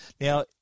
Now